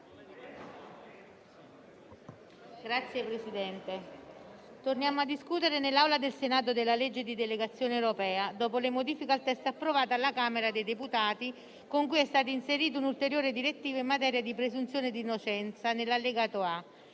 Signor Presidente, torniamo a discutere nell'Aula del Senato della legge di delegazione europea, dopo le modifiche al testo approvato alla Camera dei deputati, con cui è stata inserita un'ulteriore direttiva in materia di presunzione di innocenza nell'allegato A.